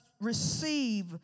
receive